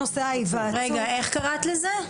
איך קראת לזה?